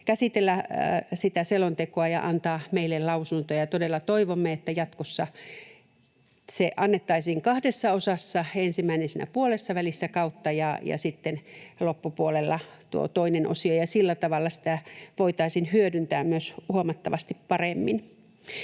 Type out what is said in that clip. käsitellä selontekoa ja antaa meille lausuntoja. Todella toivomme, että jatkossa se annettaisiin kahdessa osassa, ensimmäinen siinä puolessavälissä kautta ja sitten loppupuolella tuo toinen osio, ja sillä tavalla sitä voitaisiin hyödyntää myös huomattavasti paremmin.